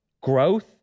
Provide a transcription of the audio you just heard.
growth